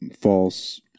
false